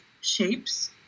shapes